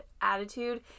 attitude